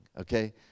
okay